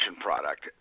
product